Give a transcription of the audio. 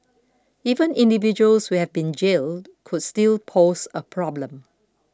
even individuals who have been jailed could still pose a problem